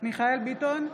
מיכאל מרדכי ביטון,